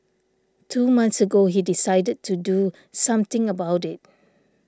two months ago he decided to do something about it